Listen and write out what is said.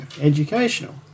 educational